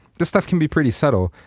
this stuff can be pretty subtle.